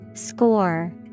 Score